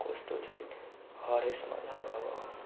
कस्तो चाहिँ हरेस मतलब अब